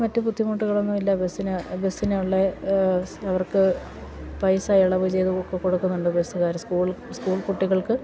മറ്റ് ബുദ്ധിമുട്ടുകളൊന്നുമില്ല ബസ്സിന് ബസ്സിനുള്ളത് സ് അവർക്ക് പൈസ ഇളവ് ചെയ്ത് ഒക്കെ കൊടുക്കുന്നുണ്ട് ബസ്സുകാർ സ്കൂൾ സ്കൂൾ കുട്ടികൾക്ക്